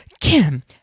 Kim